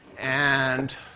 and